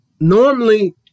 Normally